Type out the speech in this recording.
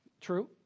True